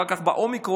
אחר כך בא אומיקרון